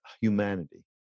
humanity